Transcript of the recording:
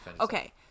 okay